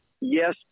Yes